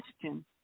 question